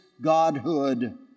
Godhood